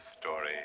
story